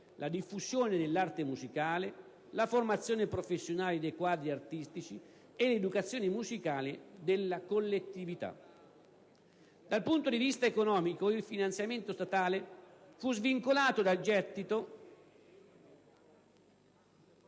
"la diffusione dell'arte musicale, la formazione professionale dei quadri artistici e l'educazione musicale della collettività". Dal punto di vista economico, il finanziamento statale fu svincolato dal gettito